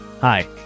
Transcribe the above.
Hi